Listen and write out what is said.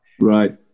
right